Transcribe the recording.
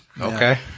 Okay